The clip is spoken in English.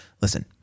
listen